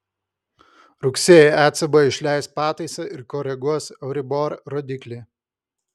rugsėjį ecb išleis pataisą ir koreguos euribor rodiklį